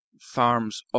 farms